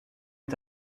est